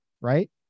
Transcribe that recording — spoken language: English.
right